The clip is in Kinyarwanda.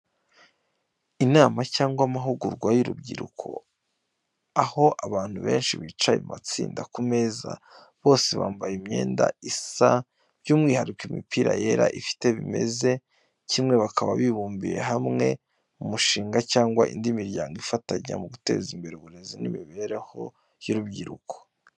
Inama cyangwa amahugurwa y’urubyiruko, aho abantu benshi bicaye mu matsinda ku meza, bose bambaye imyenda isa by'umwihariko imipira yera ifite bimeze kimwe bakaba bibumbiye hamwe mu mushinga cyangwa indi miryango ifatanya mu guteza imbere uburezi n’imibereho y’urubyiruko.